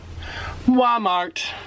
Walmart